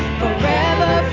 forever